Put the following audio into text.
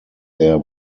there